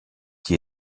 qui